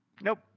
Nope